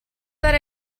that